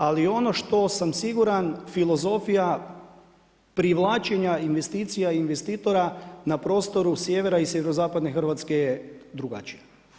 Ali ono što sam siguran filozofija privlačenja investicija i investitora na prostoru sjevera i sjeverozapadne Hrvatske je drugačija.